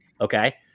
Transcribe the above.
Okay